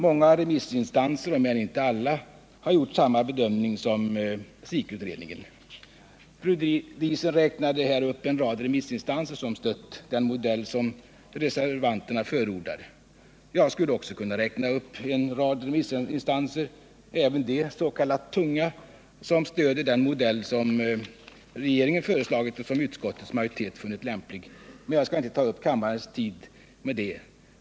Många remissinstanser —- om än inte alla — har gjort samma bedömning som SIK-utredningen. Fru Diesen räknade här uppen rad remissinstanser som stöder den modell som reservanterna förordar. Jag skulle också kunna räkna upp en rad remissinstanser — även de ärs.k. tunga— som stöder den modell som regeringen föreslagit och som utskottets majoritet funnit lämplig, men jag skall inte ta upp kammarens tid med det.